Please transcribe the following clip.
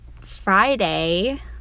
Friday